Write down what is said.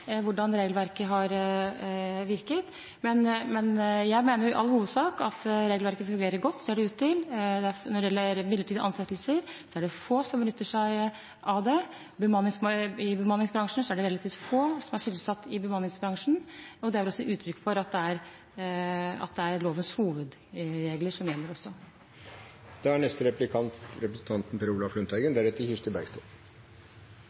hvordan regelverket har virket. Men jeg mener i all hovedsak at regelverket fungerer godt, slik det ser ut til. Når det gjelder midlertidige ansettelser, er det få som benytter seg av det. Det er relativt få som er sysselsatt i bemanningsbransjen, og det er vel også uttrykk for at det er lovens hovedregler som gjelder. Omstilling i nærings- og arbeidslivet er ikke noe nytt. Nå er behovet større, men det er